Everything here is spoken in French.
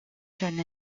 jeunes